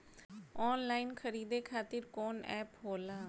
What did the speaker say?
Online खरीदे खातीर कौन एप होला?